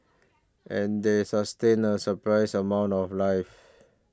and they sustain a surprising amount of life